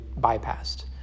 bypassed